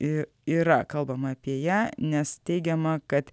ir yra kalbama apie ją nes teigiama kad